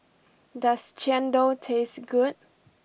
does Chendol taste good